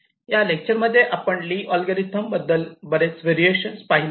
या लेक्चर मध्ये आपण ली अल्गोरिदम बद्दल बरेच व्हेरिएशन पाहिले